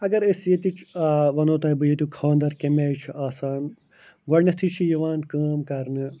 اگر أسۍ ییٚتِچ وَنَو تۄہہِ بہٕ ییٚتیُک خانٛدَر کَمہِ آیہِ چھُ آسان گۄڈٕنٮ۪تھٕے چھِ یِوان کٲم کرنہٕ